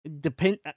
depend